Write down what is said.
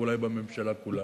ואולי בממשלה כולה.